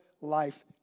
life